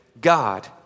God